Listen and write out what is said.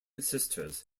sisters